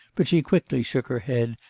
but she quickly shook her head,